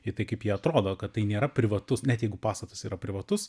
į tai kaip ji atrodo kad tai nėra privatus net jeigu pastatas yra privatus